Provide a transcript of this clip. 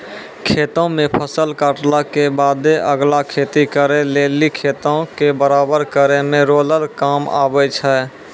खेतो मे फसल काटला के बादे अगला खेती करे लेली खेतो के बराबर करै मे रोलर काम आबै छै